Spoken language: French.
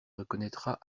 reconnaîtra